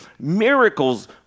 miracles